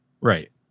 Right